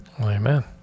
Amen